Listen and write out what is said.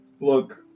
look